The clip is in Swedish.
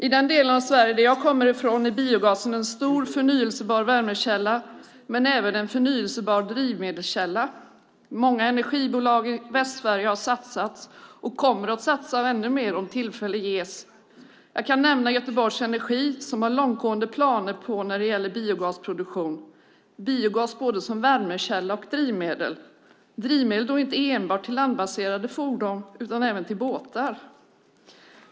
I den del av Sverige jag kommer ifrån är biogasen en stor förnybar värmekälla men även en förnybar drivmedelskälla. Många energibolag i Västsverige har satsat och kommer att satsa ännu mer om tillfälle ges. Jag kan nämna Göteborg Energi, som har långtgående planer på biogasproduktion. Det gäller biogas som både värmekälla och drivmedel och då inte drivmedel enbart till landbaserade fordon utan även till båtar.